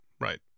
right